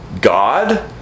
God